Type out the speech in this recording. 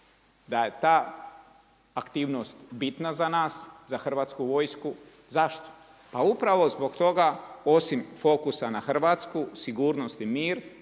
da je ta aktivnost bitna za nas, za Hrvatsku vojsku. Zašto? Pa upravo zbog toga osim fokusa na Hrvatsku, sigurnost i mir